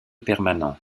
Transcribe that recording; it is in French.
permanent